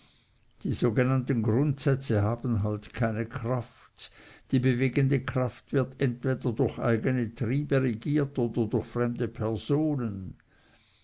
die sogenannten grundsätze haben halt keine kraft die bewegende kraft wird entweder durch eigne triebe regiert oder durch fremde personen